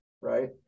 right